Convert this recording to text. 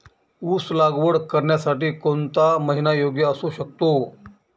ऊस लागवड करण्यासाठी कोणता महिना योग्य असू शकतो?